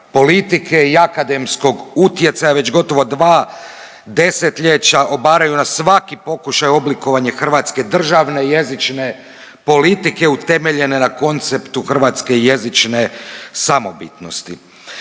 politike i akademskog utjecaja već gotovo dva 10-ljeća obaraju na svaki pokušaj oblikovanja hrvatske državne i jezične politike utemeljene na konceptu hrvatske jezične samobitnosti.